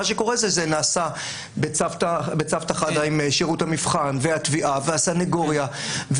זה נעשה בצוותא חדא עם שירות המבחן והתביעה והסניגוריה.